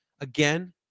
again